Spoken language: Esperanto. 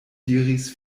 diris